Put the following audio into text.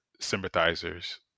sympathizers